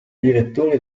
direttore